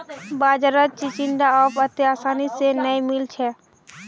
बाजारत चिचिण्डा अब अत्ते आसानी स नइ मिल छेक